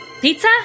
Pizza